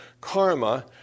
karma